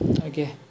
okay